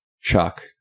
Chuck